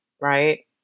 right